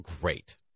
great